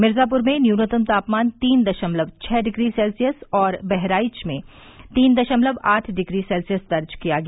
मिर्जापुर में न्यूनतम तापमान तीन दशमलव छह डिग्री सेल्सियस और बहराइच में तीन दशमलव आठ डिग्री सेल्सियस दर्ज किया गया